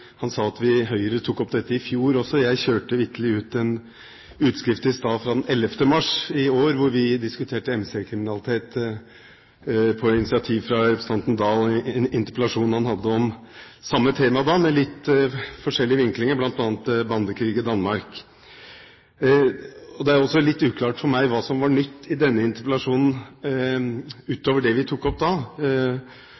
han sa at Høyre tok opp dette i fjor. Jeg kjørte vitterlig ut en utskrift i stad fra den 11. mars i år, hvor vi diskuterte MC-kriminalitet på initiativ fra representanten Dahl i en interpellasjon han hadde om samme tema, men med litt forskjellig vinkling, bl.a. bandekrig i Danmark. Det er også litt uklart for meg hva som var nytt i denne interpellasjonen,